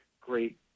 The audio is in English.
great